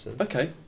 Okay